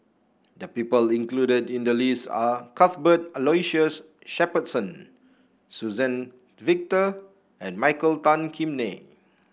the people included in the list are Cuthbert Aloysius Shepherdson Suzann Victor and Michael Tan Kim Nei